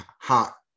hot